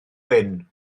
wyn